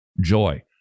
joy